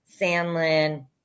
Sandlin